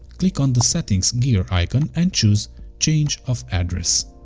click on the settings gear icon and choose change of address.